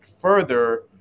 further